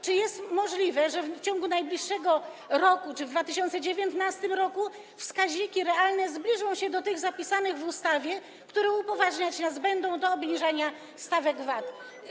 Czy jest możliwe, że w ciągu najbliższego roku, w 2019 r., wskaźniki realne zbliżą się do tych zapisanych w ustawie i upoważniać nas będą do obniżania stawek VAT?